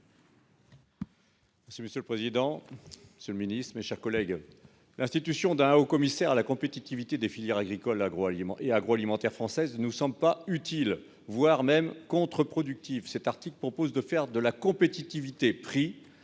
monsieur le président. C'est le ministre, mes chers collègues. L'institution d'un haut commissaire à la compétitivité des filières agricoles, alimentaires et agroalimentaire française, nous sommes pas utile voire même contre-productif cet article propose de faire de la compétitivité prix